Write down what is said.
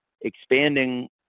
expanding